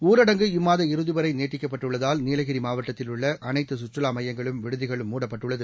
ஊரடங்கு இம்மாத இறுதிவரை நீட்டிக்கப்பட்டுள்ளதால் நீலகிரி மாவட்டத்தில் உள்ள அனைத்து சுற்றுலா மையங்களும் விடுதிகளும் மூடப்பட்டுள்ளது